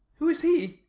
who is he?